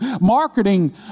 Marketing